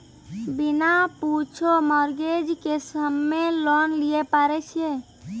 बिना कुछो मॉर्गेज के हम्मय लोन लिये पारे छियै?